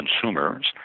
consumers